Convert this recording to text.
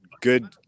good –